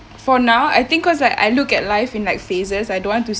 for now I think cause I I look at life in like phases I don't want to